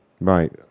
Right